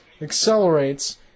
accelerates